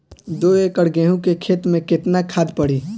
दो एकड़ गेहूँ के खेत मे केतना खाद पड़ी?